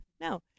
no